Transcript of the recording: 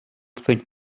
think